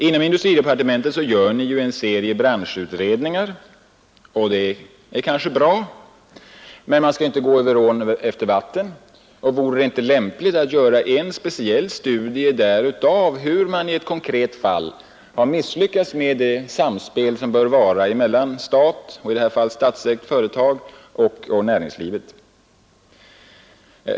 Inom industridepartementet företas ju en serie branschutredningar. Det är kanske bra, men man skall inte gå över ån efter vatten. Vore det inte lämpligt att göra en speciell studie av hur man i ett konkret fall har misslyckats med det samspel som bör finnas mellan stat — i det här fallet statsägt företag — och näringslivet?